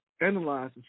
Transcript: analyze